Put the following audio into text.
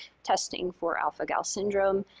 testing for alpha-gal syndrome,